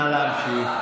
נא להמשיך.